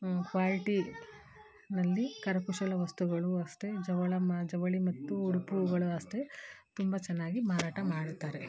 ಕ್ವಾಲಿಟಿನಲ್ಲಿ ಕರಕುಶಲ ವಸ್ತುಗಳೂ ಅಷ್ಟೆ ಜವಳಿ ಮ ಜವಳಿ ಮತ್ತು ಉಡುಪುಗಳೂ ಅಷ್ಟೆ ತುಂಬ ಚೆನ್ನಾಗಿ ಮಾರಾಟ ಮಾಡುತ್ತಾರೆ